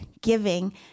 giving